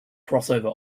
crossover